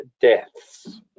deaths